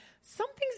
something's